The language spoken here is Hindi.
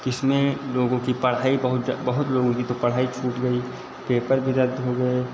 किस में लोगों की पढ़ाई बहुत ज्या बहोत लोगों की तो पढ़ाई छूट गई पेपर भी रद्द हो गए